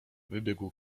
wybiegł